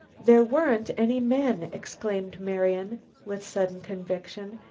there weren't any men, exclaimed marian with sudden conviction.